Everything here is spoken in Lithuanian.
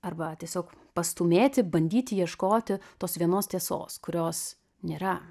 arba tiesiog pastūmėti bandyti ieškoti tos vienos tiesos kurios nėra